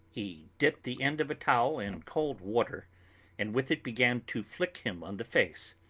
he dipped the end of a towel in cold water and with it began to flick him on the face,